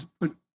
put